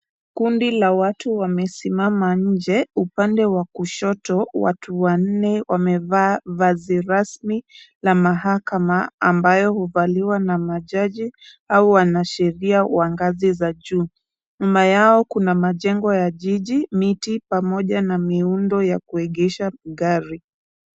Kundi la watu wamesimama nje, upande wa kushoto, watu wanne wamevaa vazi rasmi la mahakama, ambayo huvaliwa na majaji, au wanasheria wa ngazi za juu. Nyuma yao kuna majengo ya jiji, miti pamoja na miundo ya kuegesha gari.